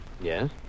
Yes